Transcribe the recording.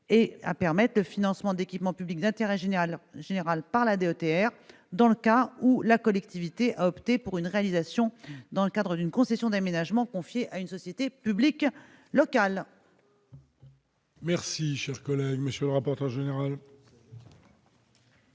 et à permettre le financement d'équipements publics d'intérêt général par la DETR dans le cas où la collectivité a opté pour une réalisation dans le cadre d'une concession d'aménagement confiée à une société publique locale, une SPL. Quel est l'avis de la commission